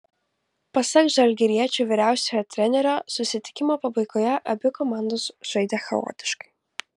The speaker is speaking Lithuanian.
pasak žalgiriečių vyriausiojo trenerio susitikimo pabaigoje abi komandos žaidė chaotiškai